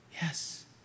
Yes